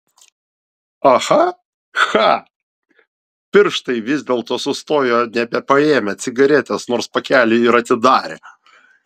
aha cha pirštai vis dėlto sustojo nebepaėmę cigaretės nors pakelį ir atidarė